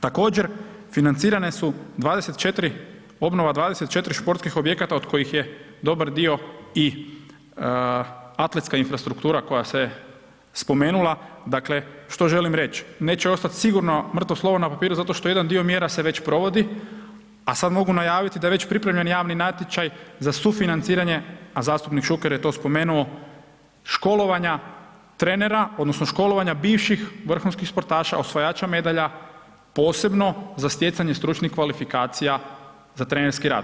Također, financirane su 24, obnova 24 športskih objekata od kojih je dobar dio i atletska infrastruktura koja se spomenula, dakle, što želim reći, neće ostati sigurno mrtvo slovo na papiru zato što jedan dio mjera se već provodi, a sad mogu najaviti da je već pripremljen javni natječaj za sufinanciranje, a zastupnik Šuker je to spomenuo, školovanja trenera, odnosno školovanja bivših vrhunskih sportaša, osvajača medalja, posebno za stjecanje stručnih kvalifikacija za trenerski rad.